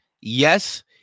yes